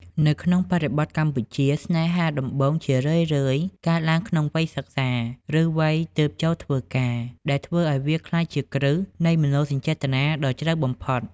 នៅក្នុងបរិបទកម្ពុជា ស្នេហាដំបូងជារឿយៗកើតឡើងក្នុងវ័យសិក្សា ឬវ័យទើបចូលធ្វើការ ដែលធ្វើឱ្យវាក្លាយជាគ្រឹះនៃមនោសញ្ចេតនាដ៏ជ្រៅបំផុត។